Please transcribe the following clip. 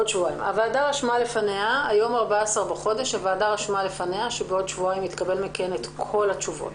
הוועדה רשמה לפניה שבעוד שבועיים היא תקבל מכם את כל התשובות.